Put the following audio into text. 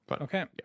Okay